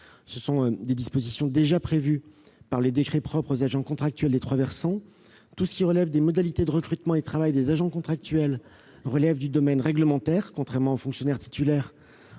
De telles dispositions sont déjà prévues par les décrets propres aux agents contractuels des trois versants. Les modalités de recrutement et de travail des agents contractuels relèvent du domaine réglementaire, contrairement aux fonctionnaires titulaires,